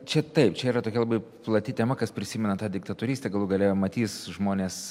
čia taip čia yra tokia labai plati tema kas prisimena tą diktatorystę galų gale matys žmonės